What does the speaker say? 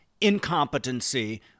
incompetency